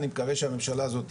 אני מקווה שהממשלה הזאת,